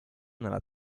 nella